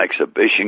exhibition